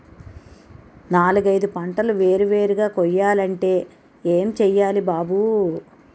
నాలుగైదు పంటలు వేరు వేరుగా కొయ్యాలంటే ఏం చెయ్యాలి బాబూ